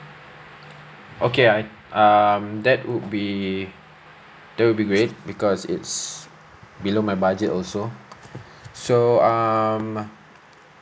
okay I um that would be that would be great because it's below my budget also so um